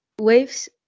waves